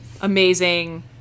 amazing